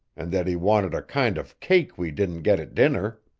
and that he wanted a kind of cake we didn't get at dinner.